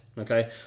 Okay